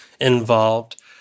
involved